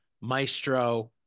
Maestro